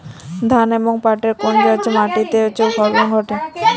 ধান এবং পাটের কোন মাটি তে ভালো ফলন ঘটে?